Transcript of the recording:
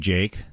Jake